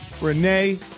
Renee